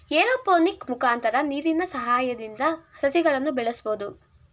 aeroponic ಮುಖಾಂತರ ನೀರಿನ ಸಹಾಯದಿಂದ ಸಸಿಗಳನ್ನು ಬೆಳಸ್ಬೋದು